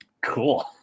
cool